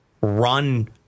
run